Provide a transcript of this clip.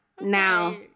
Now